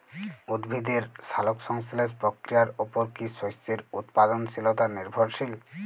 উদ্ভিদের সালোক সংশ্লেষ প্রক্রিয়ার উপর কী শস্যের উৎপাদনশীলতা নির্ভরশীল?